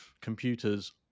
computers